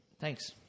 Thanks